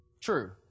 true